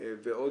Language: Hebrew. שלום.